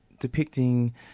Depicting